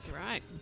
Right